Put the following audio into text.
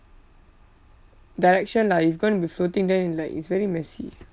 direction lah if going to be floating then it like it's very messy